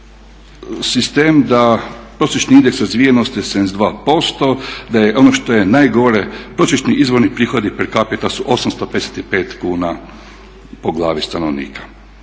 sistem da prosječni indeks razvijenosti 72%, da je ono što je najgore prosječni izvorni prihodi per capita su 855 kuna po glavi stanovnika.